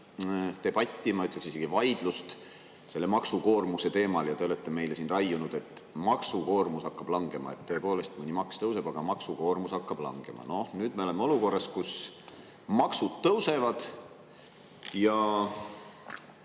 debatti, ma ütleks, isegi vaidlust maksukoormuse teemal. Te olete meile siin raiunud, et maksukoormus hakkab langema, et tõepoolest, mõni maks tõuseb, aga maksukoormus hakkab langema. Nüüd me oleme olukorras, kus maksud tõusevad ja